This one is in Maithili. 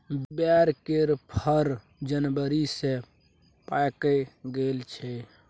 बैर केर फर जनबरी सँ पाकय लगै छै